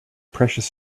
precious